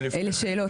אלה שאלות.